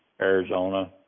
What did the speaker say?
Arizona